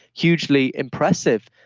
hugely impressive.